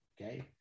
okay